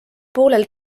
poolel